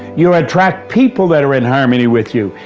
you attract people that are in harmony with you.